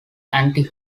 anti